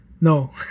No